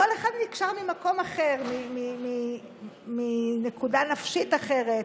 כל אחד נקשר ממקום אחר, מנקודה נפשית אחרת,